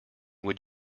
would